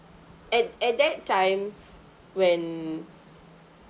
at at that time when